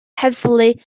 heddlu